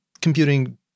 computing